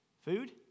Food